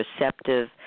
receptive